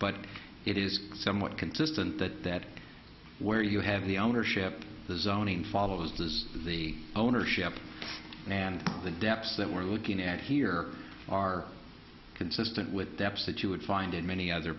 but it is somewhat consistent that that where you have the ownership the zoning follows does the ownership and the depths that we're looking at here are consistent with depths that you would find in many other